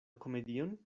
komedion